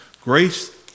Grace